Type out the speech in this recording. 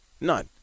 None